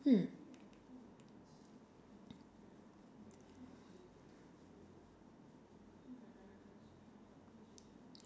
hmm